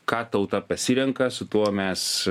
ką tauta pasirenka su tuo mes